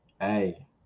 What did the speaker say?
hey